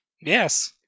Yes